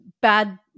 bad